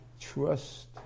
trust